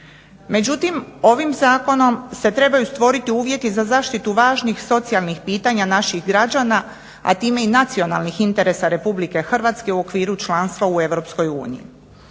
Međutim, ovim zakonom se trebaju stvoriti uvjeti za zaštitu važnih socijalnih pitanja naših građana, a time i nacionalnih interesa RH u okviru članstva u EU.